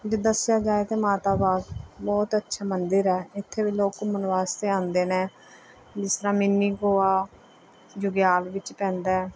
ਜੇ ਦੱਸਿਆ ਜਾਏ ਕਿ ਮਾਤਾ ਬਾਗ ਬਹੁਤ ਅੱਛਾ ਮੰਦਰ ਆ ਇੱਥੇ ਵੀ ਲੋਕ ਘੁੰਮਣ ਵਾਸਤੇ ਆਉਂਦੇ ਨੇ ਜਿਸ ਤਰ੍ਹਾਂ ਮਿੰਨੀ ਗੋਆ ਜੁਗੇਆਲ ਵਿੱਚ ਪੈਂਦਾ